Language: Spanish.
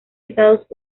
estados